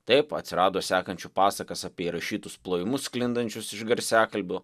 taip atsirado sekančių pasakas apie įrašytus plojimus sklindančius iš garsiakalbių